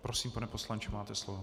Prosím, pane poslanče, máte slovo.